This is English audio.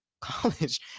college